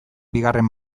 bigarren